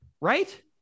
right